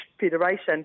Federation